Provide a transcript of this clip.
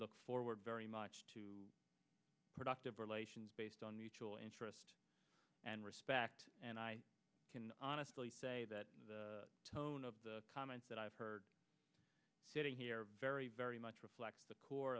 look forward very much to productive relations based on mutual interest and respect and i can honestly say that the tone of the comments that i've heard sitting here very very much reflect the core